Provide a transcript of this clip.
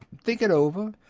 think it over.